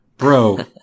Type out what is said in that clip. Bro